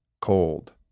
cold